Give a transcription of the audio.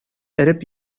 эреп